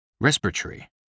respiratory